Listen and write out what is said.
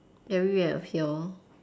very weird of y'all